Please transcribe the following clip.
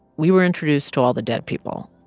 we were introduced to all the dead people.